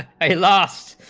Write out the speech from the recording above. i lost